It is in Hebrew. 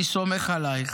אני סומך עלייך.